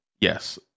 yes